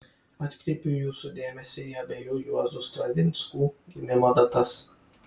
atkreipiu jūsų dėmesį į abiejų juozų stravinskų gimimo datas